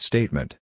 Statement